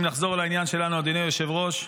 אם נחזור לעניין שלנו, אדוני היושב-ראש,